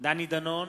דני דנון,